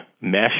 mesh